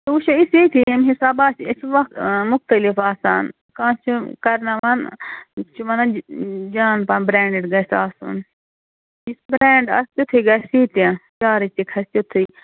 سُہ وُچھو أسۍ ییٚتی ییٚمہِ حِساب آسہِ أسۍ چھِ وق مُختلِف آسان کانٛہہ چھُ کَرناوان چھِ وَنان جان پَہم برٛینٛڈِڈ گَژھِ آسُن یُس برٛینٛڈ آسہِ تِتھُے گَژھِ یہِ تہِ چارٕچ تہِ کھَسہِ تِتھُے